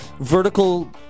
vertical